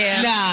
Nah